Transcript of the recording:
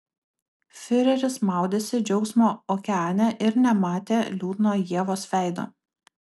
fiureris maudėsi džiaugsmo okeane ir nematė liūdno ievos veido